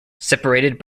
separated